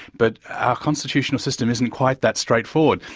but our constitutional system isn't quite that straightforward.